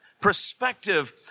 perspective